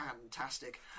fantastic